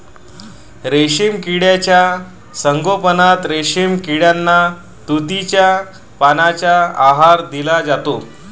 रेशीम किड्यांच्या संगोपनात रेशीम किड्यांना तुतीच्या पानांचा आहार दिला जातो